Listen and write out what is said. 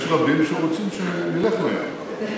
יש רבים שרצו שנלך לים.